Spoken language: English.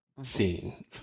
scene